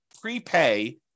prepay